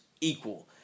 equal